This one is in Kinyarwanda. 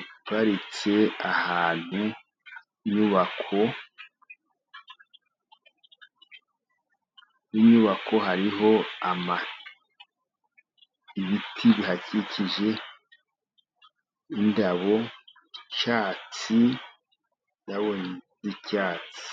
iparitse ahantu hinyubako hariho ibiti bihakikije, indabo z'icyatsi indabo ni iz'icyatsi.